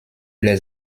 les